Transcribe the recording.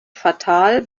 fatal